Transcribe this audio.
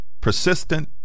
persistent